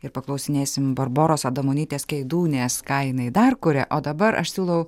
ir paklausinėsim barboros adamonytės keidūnės ką jinai dar kuria o dabar aš siūlau